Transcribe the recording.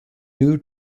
new